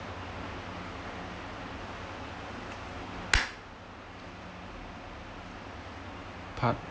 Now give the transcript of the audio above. part